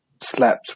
slept